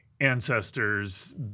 ancestors